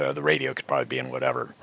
ah the radio could probably be in whatever,